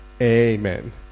Amen